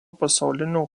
pasaulinio